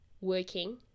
working